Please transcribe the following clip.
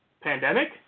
Pandemic